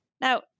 Now